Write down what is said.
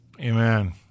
Amen